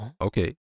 okay